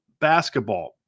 basketball